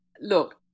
Look